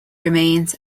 remains